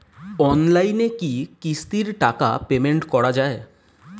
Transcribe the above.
অনলাইনে কি কিস্তির টাকা পেমেন্ট করা যায়?